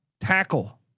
Tackle